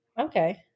Okay